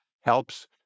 helps